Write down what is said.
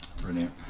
Brilliant